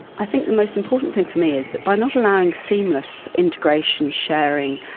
i think the most important thing for me is that by not allowing seamless integration, sharing,